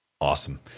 Awesome